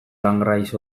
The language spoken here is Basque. langraiz